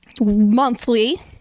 monthly